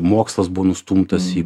mokslas buvo nustumtas į